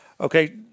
Okay